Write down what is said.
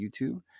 YouTube